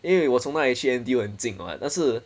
因为我那里去 N_T_U 很进 [what] 但是